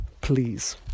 please